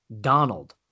Donald